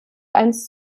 einst